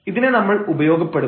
ഇതിനെ നമ്മൾ ഉപയോഗപ്പെടുത്തും